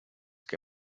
que